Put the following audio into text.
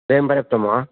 द्वयं पर्याप्तं वा